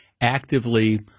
actively